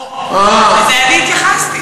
לזה אני התייחסתי.